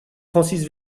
francis